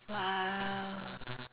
!wow!